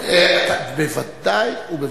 בוודאי ובוודאי,